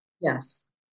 Yes